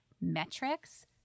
metrics